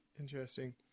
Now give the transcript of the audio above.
Interesting